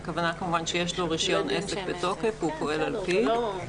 הכוונה כמובן שיש לו רישיון עסק בתוקף והוא פועל על פיו.